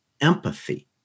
empathy